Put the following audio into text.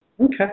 Okay